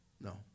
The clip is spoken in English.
No